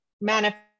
manifest